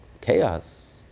chaos